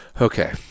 Okay